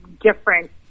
different